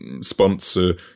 sponsor